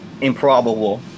improbable